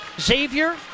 Xavier